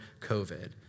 COVID